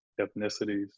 ethnicities